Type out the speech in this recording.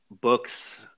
books